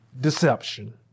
deception